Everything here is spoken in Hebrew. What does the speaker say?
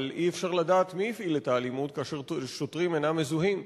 אבל אי-אפשר לדעת מי הפעיל את האלימות כאשר שוטרים אינם מזוהים.